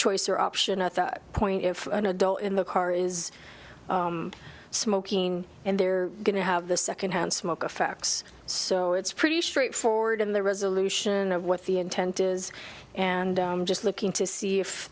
choice or option at that point if an adult in the car is smoking and they're going to have the secondhand smoke effects so it's pretty straightforward in the resolution of what the intent is and i'm just looking to see if